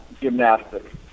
gymnastics